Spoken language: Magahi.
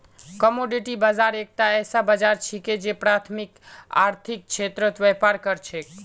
कमोडिटी बाजार एकता ऐसा बाजार छिके जे प्राथमिक आर्थिक क्षेत्रत व्यापार कर छेक